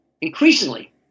increasingly